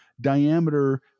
diameter